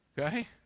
Okay